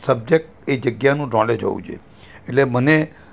subject એ જગ્યાનું knowledge હોવું જોએ એટલે મને